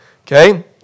okay